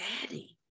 daddy